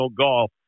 golf